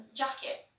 jacket